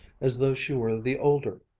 as though she were the older.